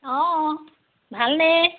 অঁ ভালনে